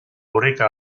oreka